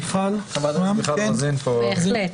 בהחלט.